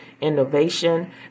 Innovation